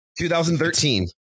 2013